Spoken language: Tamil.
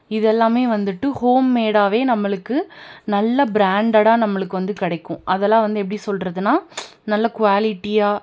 இதெல்லாமே வந்துட்டு ஹோம் மேடாகவே நம்மளுக்கு நல்ல பிராண்டடாக நம்மளுக்கு வந்து கிடைக்கும் அதெல்லாம் வந்து எப்படி சொல்கிறதுன்னா நல்ல குவாலிட்டியாக